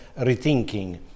rethinking